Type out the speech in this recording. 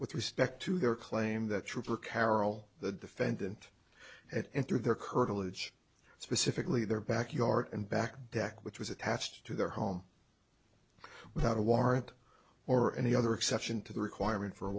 with respect to their claim that trooper carroll the defendant at and through their curtilage specifically their back yard and back back which was attached to their home without a warrant or any other exception to the requirement for a